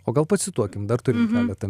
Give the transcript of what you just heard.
o gal pacituokim dar turim keletą